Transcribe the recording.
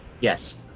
Yes